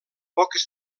poques